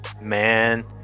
man